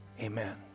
Amen